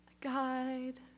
guide